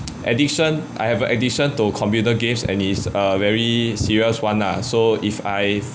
addiction I have a addition to computer games and it's a very serious one lah so if I